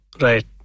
Right